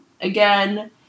again